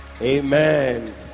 Amen